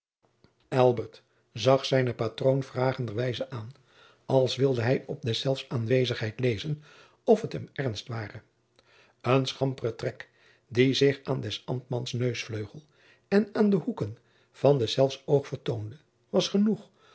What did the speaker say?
zag zijnen patroon vragender wijze aan als wilde hij op deszelfs aangezigt lezen of het hem ernst ware een schampere trek die zich aan des ambtmans neusvleugel en aan de hoeken van deszelfs oog vertoonde was genoeg